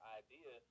idea